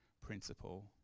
principle